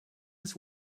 his